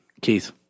Keith